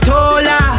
Tola